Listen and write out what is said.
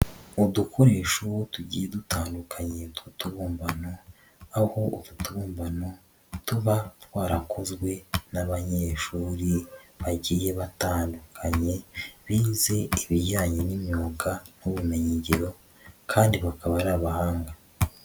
udukoresho uwo tugiye dutandukanye tw'utubumbano aho tumban tuba twarakozwe n'abanyeshuri bagiye batandukanye bize ibijyanye n'imyuga n'ubumenyi ngiro kandi bakaba ari abahanga.